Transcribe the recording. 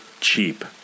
cheap